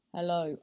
Hello